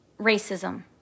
racism